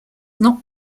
not